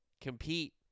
compete